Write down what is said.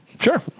Sure